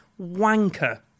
Wanker